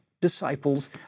disciples